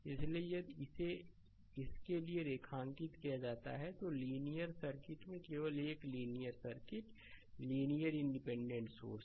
इसलिए यदि इसे इसके लिए रेखांकित किया जाता है तो एक लीनियर सर्किट में केवल एक linear circuit linear independent source